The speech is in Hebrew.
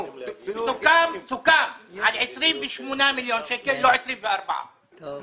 סוכם על 28 מיליון שקלים ולא על 24 מיליון שקלים.